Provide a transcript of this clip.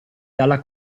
dalla